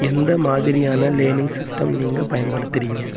எந்த மாதிரியான learning system நீங்கள் பயன்படுத்துகிறீங்க